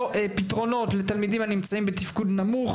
למצוא פתרונות לתלמידים הנמצאים בתפקוד נמוך.